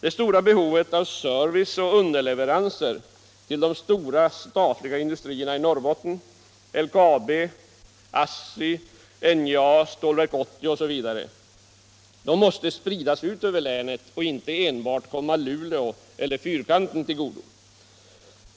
Det stora behovet av service och underleveranser till de stora statliga industrierna i Norrbotten — LKAB, ASSI, NJA, Stålverk 80 osv. — bör kunna spridas till hela länet och inte enbart komma Luleå eller den s.k. fyrkanten till godo.